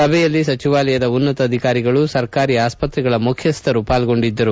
ಸಭೆಯಲ್ಲಿ ಸಚಿವಾಲಯದ ಉನ್ನತಾಧಿಕಾರಿಗಳು ಸರ್ಕಾರಿ ಆಸ್ತ್ರೆಗಳ ಮುಖ್ಯಸ್ತರು ಪಾಲ್ಗೊಂಡಿದ್ದರು